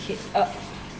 K uh